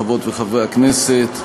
חברות וחברי הכנסת,